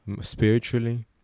spiritually